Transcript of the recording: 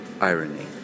irony